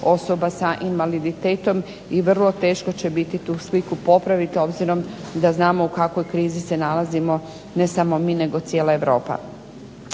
osoba sa invaliditetom i vrlo teško će biti tu sliku popraviti, obzirom da znamo u kakvoj krizi se nalazimo ne samo mi, nego cijela Europa.